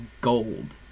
gold